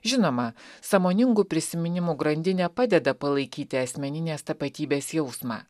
žinoma sąmoningų prisiminimų grandinė padeda palaikyti asmeninės tapatybės jausmą